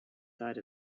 side